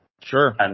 Sure